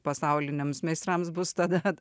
pasauliniams meistrams bus tada kad